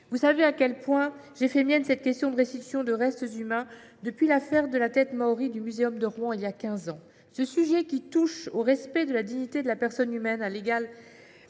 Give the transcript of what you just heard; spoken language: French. Vous savez à quel point j’ai fait mienne cette question de la restitution de restes humains depuis l’affaire de la tête maorie du muséum de Rouen, voilà quinze ans. Ce sujet, qui touche au respect de la dignité de la personne humaine, à l’égale